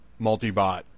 Multibot